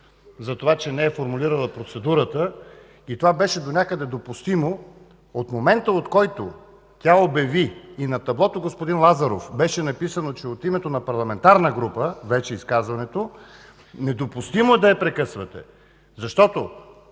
за това, че не е формулирала процедурата и това беше донякъде допустимо, от момента, от който тя обяви и на таблото, господин Лазаров, беше написано, че изказването вече е от името на парламентарна група, недопустимо е да я прекъсвате. Защото